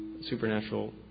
supernatural